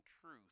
truth